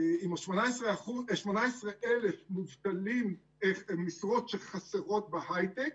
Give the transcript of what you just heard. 18,000 משרות שחסרות בהיי-טק,